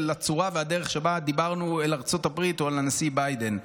של הצורה והדרך שבהן דיברנו אל ארצות הברית או על הנשיא ביידן.